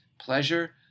pleasure